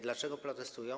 Dlaczego protestują?